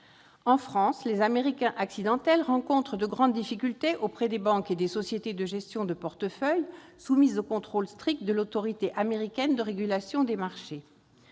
En France, les « Américains accidentels » rencontrent de grandes difficultés auprès des banques et des sociétés de gestion de portefeuille, soumises aux contrôles stricts de l'autorité américaine de régulation des marchés.